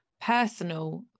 personal